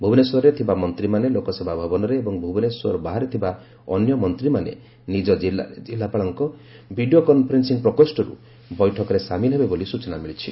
ଭୁବନେଶ୍ୱରରେ ଥିବା ମନ୍ତୀମାନେ ଲୋକସେବା ଭବନରେ ଏବଂ ଭୁବନେଶ୍ୱର ବାହାରେ ଥିବା ଅନ୍ୟମନ୍ତୀମାନେ ନିଜ ଜିଲ୍ଲାରେ ଜିଲ୍ଲାପାଳଙ୍କ ଭିଡିଓ କନ୍ଫରେନ୍ପ ପ୍ରକୋଷରୁ ବୈଠକରେ ସାମିଲ ହେବେ ବୋଲି ସ୍ଚନା ମିଳିଛି